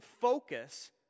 focus